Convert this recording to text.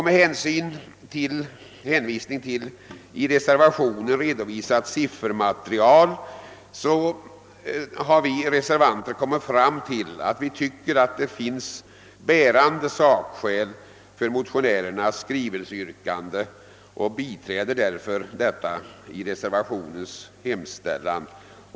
Med hänvisning till i reservationen redovisat siffermaterial har vi kommit fram till att det finns bärande sakskäl för motionärernas <skrivelseyrkande, och vi biträder därför detta.